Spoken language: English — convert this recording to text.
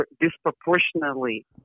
disproportionately